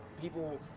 people